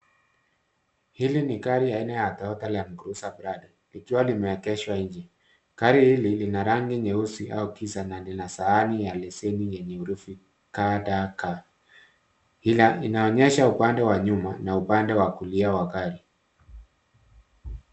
Hili ni gari aina ya Toyota landcruiser prado likiwa limeegeshwa nje. Gari hili lina rangi nyeusi au giza na lina sahani ya leseni yenye herufi KDK.Inaonyesha upande wa nyuma na upande wa kulia wa gari.